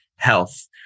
health